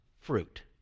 fruit